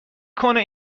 کنه